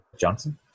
Johnson